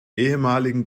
ehemaligen